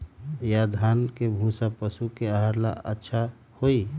या धान के भूसा पशु के आहार ला अच्छा होई?